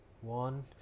one